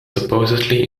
supposedly